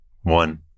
one